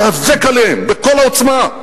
להיאבק עליהם בכל העוצמה,